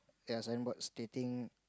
yea signboards stating